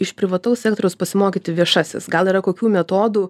iš privataus sektoriaus pasimokyti viešasis gal yra kokių metodų